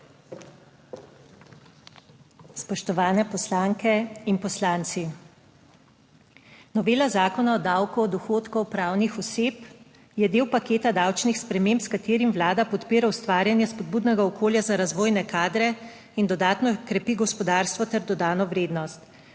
Spoštovane poslanke in poslanci! Novela Zakona o davku od dohodkov pravnih oseb je del paketa davčnih sprememb, s katerim Vlada podpira ustvarjanje spodbudnega okolja za razvojne kadre in dodatno krepi gospodarstvo ter dodano vrednost.